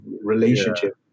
relationship